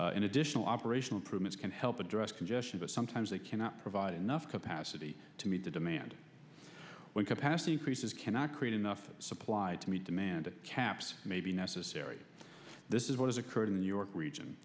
and additional operational permits can help address congestion but sometimes they cannot provide enough capacity to meet the demand when capacity increases cannot create enough supplied to meet demand caps may be necessary this is what has occurred in the new york region